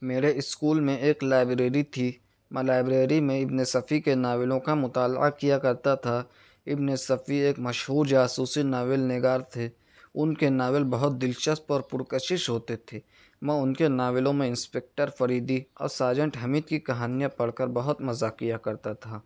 میرے اسکول میں ایک لائبریری تھی میں لائبریری میں ابن صفی کے ناولوں کا مطالعہ کیا کرتا تھا ابن صفی ایک مشہور جاسوسی ناول نگار تھے ان کے ناول بہت دلچسپ اور پرکشش ہوتے تھے میں ان کے ناولوں میں انسپکٹر فریدی اور سارجنٹ حمید کی کہانیاں پڑھ کر بہت مزہ کیا کرتا تھا